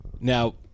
Now